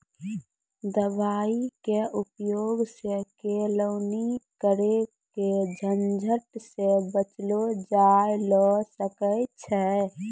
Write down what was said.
दवाई के उपयोग सॅ केलौनी करे के झंझट सॅ बचलो जाय ल सकै छै